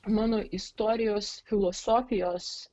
mano istorijos filosofijos